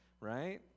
right